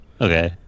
okay